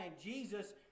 Jesus